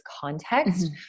context